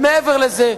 מעבר לזה,